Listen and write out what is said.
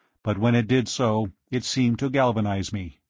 but when it did so, it seemed to galvanize me.